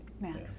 Max